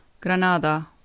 Granada